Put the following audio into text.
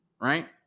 right